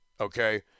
Okay